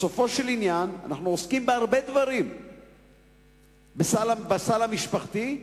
בסופו של דבר אנחנו עוסקים בהרבה דברים בסל המשפחתי,